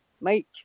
Mike